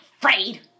afraid